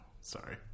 Sorry